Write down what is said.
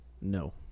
No